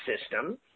system